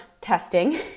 testing